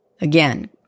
Again